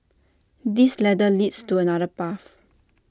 this ladder leads to another path